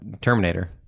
terminator